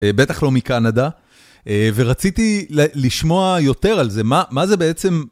בטח לא מקנדה, ורציתי לשמוע יותר על זה, מה זה בעצם...